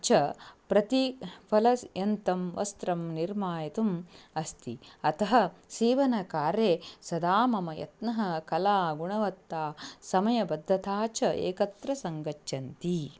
च प्रति फलस्य यन्त्रं वस्त्रं निर्मितुम् अस्ति अतः सीवनकार्ये सदा मम यत्नः कला गुणवत्ता समयबद्धता च एकत्र सङ्गच्छन्ति